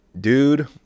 dude